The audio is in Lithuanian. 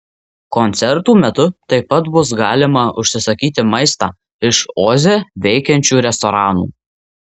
koncertų metu taip pat bus galima užsisakyti maistą iš oze veikiančių restoranų